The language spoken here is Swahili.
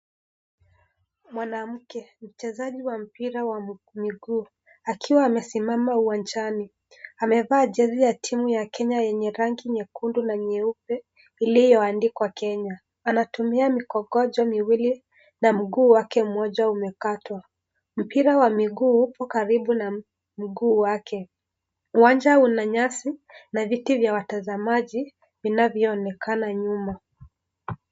Mwanamke, mchezaji wa mpira wa miguu, akiwa amesimama uwanjani. Amevaa jezi ya timu ya Kenya yenye rangi nyekundu na nyeupe, iliyoandikwa Kenya. Anatumia mikongojo miwili na mguu wake mmoja umekatwa. Mpira wa miguu upo karibu na mguu wake. Uwanja una nyasi na viti vya watazamaji vinavyoonekana nyuma.